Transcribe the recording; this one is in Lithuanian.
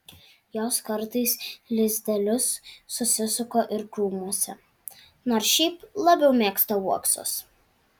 jos kartais lizdelius susisuka ir krūmuose nors šiaip labiau mėgsta uoksus